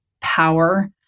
power